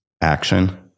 Action